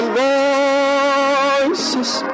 voices